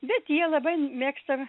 bet jie labai mėgsta